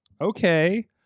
Okay